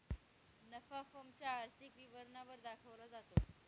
नफा फर्म च्या आर्थिक विवरणा वर दाखवला जातो